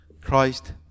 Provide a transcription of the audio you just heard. Christ